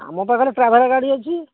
ଆମ ପାଖରେ ଟ୍ରାଭେଲ୍ ଗାଡ଼ି ଅଛି